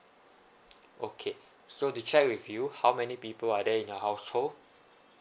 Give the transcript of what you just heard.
okay so to check with you how many people are there in your household